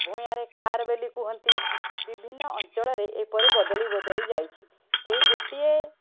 ଭୂଇଁଆଁରେ ଖାର ବୋଲି କୁହନ୍ତି ବିଭିନ୍ନ ଅଞ୍ଚଳରେ ଏପରି ବଦଳି ବଦଳି ଯାଇଛି ସେଇ ଗୋଟିଏ